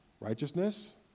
Righteousness